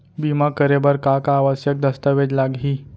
बीमा करे बर का का आवश्यक दस्तावेज लागही